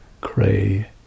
cray